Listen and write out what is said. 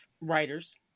writers